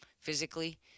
physically